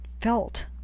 felt